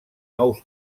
nous